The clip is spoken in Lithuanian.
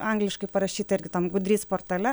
angliškai parašytą irgi tam gudryts portale